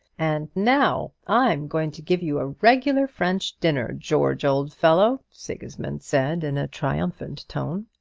and now i'm going to give you a regular french dinner, george, old fellow sigismund said, in a triumphant tone.